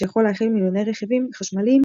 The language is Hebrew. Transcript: שיכול להכיל מיליוני רכיבים חשמליים,